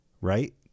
right